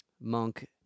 Monk